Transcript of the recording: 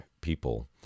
people